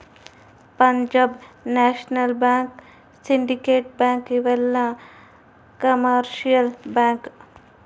Punjab National Bank Syndicate Bank ಇವೆಲ್ಲ commercial bank